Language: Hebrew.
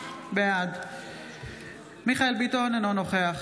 אינו נוכח